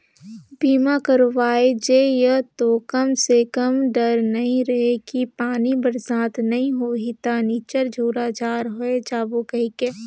बीमा करवाय जे ये तो कम से कम डर नइ रहें कि पानी बरसात नइ होही त निच्चर झूरा झार होय जाबो कहिके